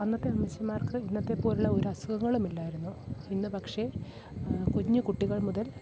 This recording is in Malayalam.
അന്നത്തെ മനുഷ്യന്മാർക്ക് ഇന്നത്തെ പോലുള്ള ഒരു അസുഖങ്ങളും ഇല്ലായിരുന്നു ഇന്ന് പക്ഷെ കുഞ്ഞു കുട്ടികൾ മുതൽ